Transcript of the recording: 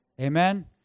Amen